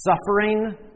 suffering